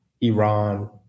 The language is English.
Iran